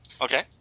Okay